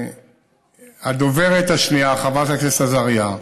והדוברת השנייה, חברת הכנסת עזריה,